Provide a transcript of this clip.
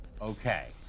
Okay